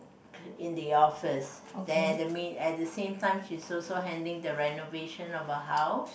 in the office there at the at the same time she's also handling the renovation of a house